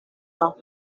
are